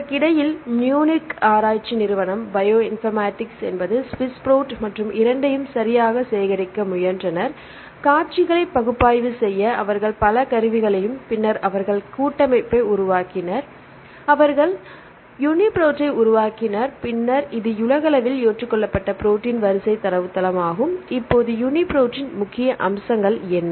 இதற்கிடையில் முக்கிய அம்சங்கள் என்ன